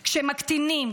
כשמקטינים,